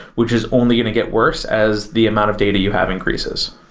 which is only going to get worse as the amount of data you have increases.